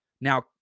Now